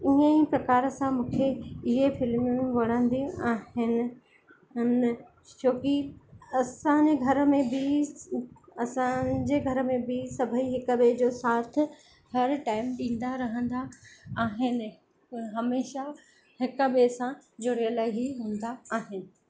इन ई प्रकार सां मूंखे इहे फ़िल्मूं वणदियूं आहिनि हन छो कि असांजे घर में बि असांजे घर में बि सभई हिक ॿिए जो साथ हर टाइम ॾींदा रहंदा आहिनि ह हमेशह हिक ॿिए सां जुड़ियल ई हूंदा आहिनि